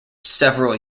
several